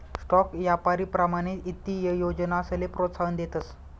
stock यापारी प्रमाणित ईत्तीय योजनासले प्रोत्साहन देतस